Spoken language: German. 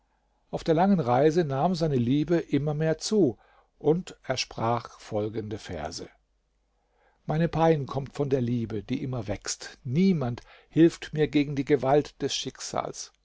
auf der langen reise nahm seine liebe immer mehr zu und er sprach folgende verse meine pein kommt von der liebe die immer wächst niemand hilft mir gegen die gewalt des schicksals